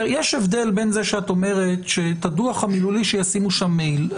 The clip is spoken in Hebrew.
יש הבדל בין זה שאת אומרת שאת הדוח המילולי שישימו שם מייל.